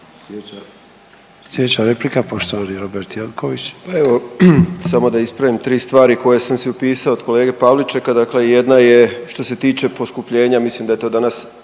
**Jankovics, Robert (Nezavisni)** Evo, samo da ispravim 3 stvari koje sam si upisao od kolege Pavličeka, dakle jedna je što se tiče poskupljenja mislim da je to danas